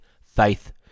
Faith